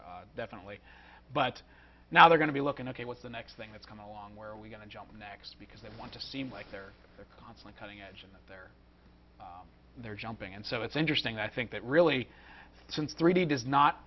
not definitely but now they're going to be looking ok what's the next thing that's come along where are we going to jump next because they want to seem like they're the consummate cutting edge and that they're they're jumping and so it's interesting i think that really since three d does not